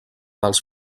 dels